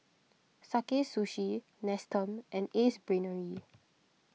Sakae Sushi Nestum and Ace Brainery